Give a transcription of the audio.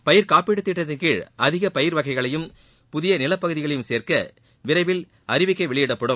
பயிர்க்காப்பீட்டுத் திட்டத்தின் கீழ் அதிக பயிர் வகைகளையும் புதிய நிலப் பகுதிகளையும் சேர்க்க விரைவில் அறிவிக்கை வெளியிடப்படும்